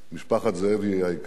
משפחת זאבי היקרה,